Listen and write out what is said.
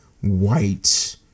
white